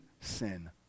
sin